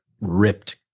ripped